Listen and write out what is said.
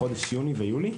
לחודש יוני ויולי,